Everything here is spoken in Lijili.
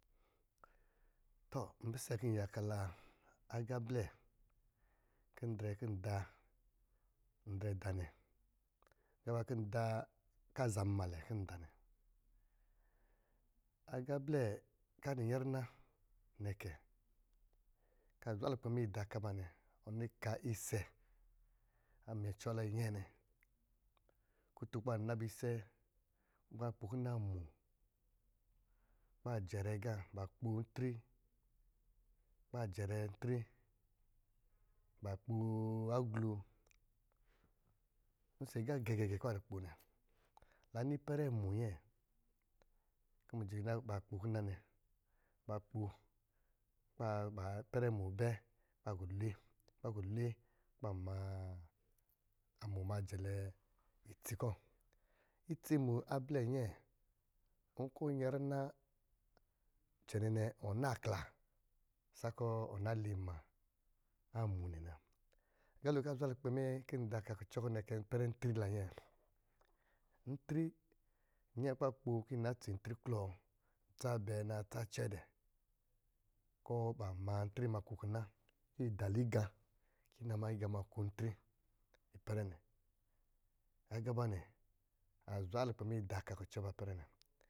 Tɔ mpisɛ kó n yaka la agá blɛ kɔ̄ ndrɛ kɔ̄ n da ndrɛ da nɛ. Nka wa kɔ̄ nda kó a zammalaɛ kɔ̄ nda nɛ, agá blɛ kɔ̄ a dɔ̄ nyɛrina nɛ kɛ! Kɔ̄ a zwa lukoɛ mɛ ida ka ba nɛ inɔ kɛ, ɔni ka isɛ a mucɔ la inyɛɛ nɛ, kutum kɔ̄ ba na ba isɛ na kpo kina amo, kɔ̄ ba jɛrɛ agá, ba kpo ntri, kɔ̄ ba jɛrɛ ntri, ba kpoo aglo, ɔsɔ̄ agá gɛ̄gɛ̄ kɔ̄ ba dɔ̄ kpo nɛ. La ni ipɛrɛ amo anyɛɛ, kɔ̄ miyili ba kpo kina nɛ, nba kpo kɔ̄ ba-ba ipɛrɛ amo bɛ kɔ̄ ba gɔ lwe, ba gɔ iwe kɔ̄ ba ma amo ma jɛlɛ itsi kɔ̄, itsi amo ablɛ nnyɛɛ n kɔ̄ ɔ nyɛrina cɛnɛnɛ ɔn naa klaa sa kɔ̄ ɔn na li ima a amo nɛ na. Agá lo kɔ̄ a zwa lukpɛ mɛ kɔ̄ nda ka kucɔ nɛ kɛ ipɛrɛ a ntri la nnyɛɛ, ntri, nnyɛɛ kɔ̄ ba kpo kɔ̄ yi na tsintri klɔɔ, ntsa bɛɛ naantsa cɛɛ dɛ́, kɔ̄ ba ma ntri ma kɔ̄ kina kɔ̄ yi dala igá kɔ̄ yi na ma igá ma ko ntri ipɛrɛ nɛ, agá ba nɛ, azwa lukpɛ mɛ ida ka kucɔ ipɛrɛ nɛ.